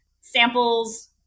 samples